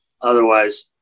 Otherwise